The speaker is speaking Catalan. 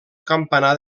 campanar